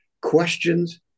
questions